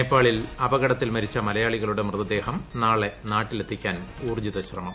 നേപ്പാളിൽ അപകടത്തിൽ മരിച്ച മലയാളികളുടെ മൃത്ദേഹം നാളെ നാട്ടിലെത്തിക്കാൻ ഊർജ്ജിത ശ്രമം